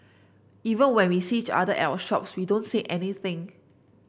even when we see each other at our shops we don't say anything